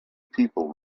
people